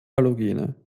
halogene